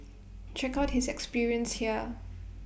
check out his experience here